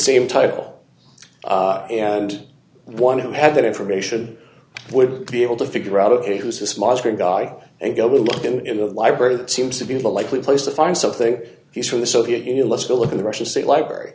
same title and the one who had that information would be able to figure out who's this monster guy and go with him in the library that seems to be the likely place to find something he's from the soviet union let's go look in the russian state library